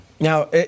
Now